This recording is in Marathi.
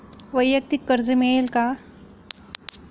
वैयक्तिक कर्ज मिळेल का?